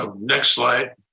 ah next slide.